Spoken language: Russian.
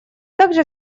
также